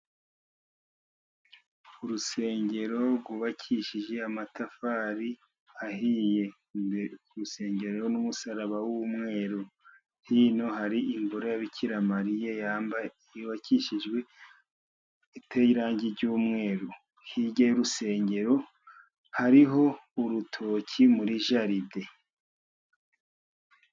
Urusengero rwubakishije amatafari ahiye, ku rusengero n'umusaraba w'umweru, hino hari ingoro ya Bikiramariya yubakishijwe iteye irangi ry'umweru , hirya y'urusengero hariho urutoki muri jaride.